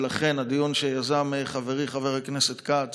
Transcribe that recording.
ולכן הדיון שיזם חברי חבר הכנסת כץ